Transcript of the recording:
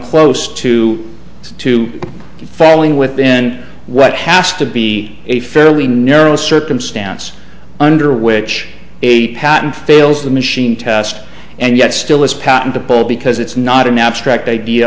close to it to falling within what has to be a fairly narrow circumstance under which a patent fails the machine test and yet still is patentable because it's not an abstract idea